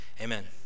amen